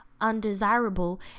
undesirable